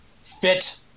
fit